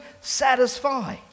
satisfy